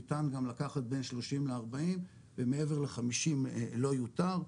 ניתן גם לקחת בין 30 ל-40 ומעבר ל-50 לא יותר.